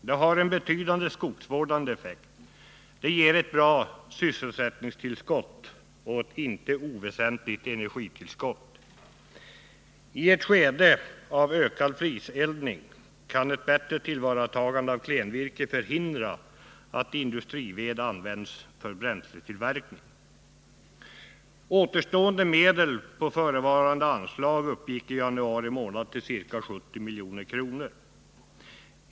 Det har en betydande skogsvårdande effekt, det ger ett bra sysselsättningstillskott och ett inte oväsentligt energitillskott. I ett skede av ökad fliseldning kan ett bättre tillvaratagande av klenvirke förhindra att industrived används för bränsletillverkning. Återstående medel på förevarande anslag uppgick i januari månad till ca 70 milj.kr.